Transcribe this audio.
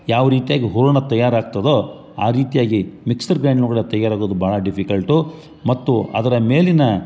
ಯಾವ ರೀತಿಯಾಗಿ ಹೂರ್ಣ ತಯಾರಾಗ್ತದೋ ಆ ರೀತಿಯಾಗಿ ಮಿಕ್ಸರ್ ಗ್ರೈಂಡರ್ನ ಒಳಗಡೆ ತಯಾರಾಗೋದು ಭಾಳ ಡಿಫಿಕಲ್ಟು ಮತ್ತು ಅದರ ಮೇಲಿನ